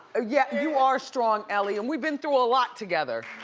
ah yeah, you are strong, ellie, and we've been through a lot together.